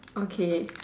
okay